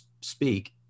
speak